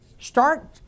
Start